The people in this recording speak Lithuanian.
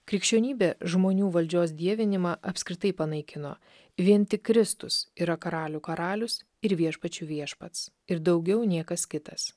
krikščionybė žmonių valdžios dievinimą apskritai panaikino vien tik kristus yra karalių karalius ir viešpačių viešpats ir daugiau niekas kitas